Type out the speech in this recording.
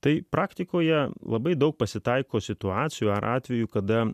tai praktikoje labai daug pasitaiko situacijų ar atvejų kada